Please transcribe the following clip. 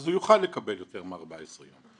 אז הוא יוכל לקבל יותר מ-14 יום.